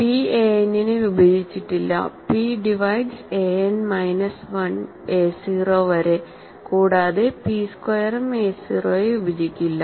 p a n നെ വിഭജിച്ചിട്ടില്ല p divides a n minus 1 a 0 വരെ കൂടാതെ p സ്ക്വയറും a 0 യെ വിഭജിക്കില്ല